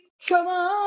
trouble